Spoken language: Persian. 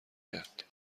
کرد